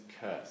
curse